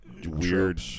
weird